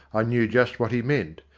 i knew just what he meant.